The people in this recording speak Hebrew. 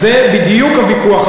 זה בדיוק הוויכוח,